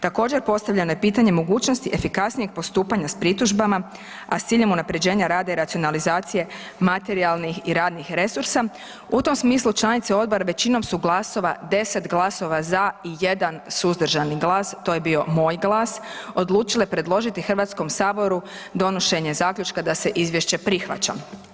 Također postavljeno je pitanje mogućnosti efikasnijeg postupanja sa pritužbama a s ciljem unaprjeđenja rada i racionalizacije materijalnih i radnih resursa, u tom smislu članice odbora većinom su glasova, 10 glasova za i 1 suzdržani glas, to je bio moj glas, odlučile predložile Hrvatskom saboru donošenje zaključka da izvješće prihvaća.